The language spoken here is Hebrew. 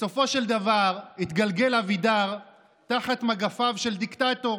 בסופו של דבר התגלגל אבידר תחת מגפיים של דיקטטור,